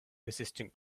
resistant